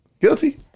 guilty